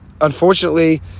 unfortunately